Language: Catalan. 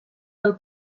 del